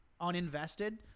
uninvested